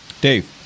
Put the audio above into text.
Dave